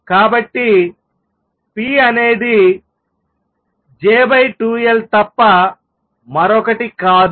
కాబట్టి p అనేది J2L తప్ప మరొకటి కాదు